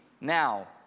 now